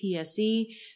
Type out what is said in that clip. TSE